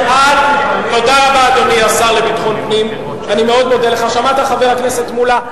הוא לא אמר אז שום דבר ממה שהוא אומר